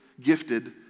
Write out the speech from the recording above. gifted